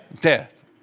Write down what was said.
Death